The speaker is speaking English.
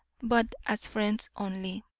but as friends only.